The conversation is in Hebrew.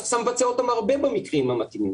מס הכנסה מבצע אותם הרבה במקרים המתאימים.